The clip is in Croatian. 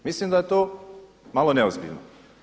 Mislim da je to malo neozbiljno.